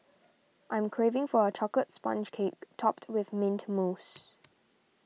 I am craving for a Chocolate Sponge Cake Topped with Mint Mousse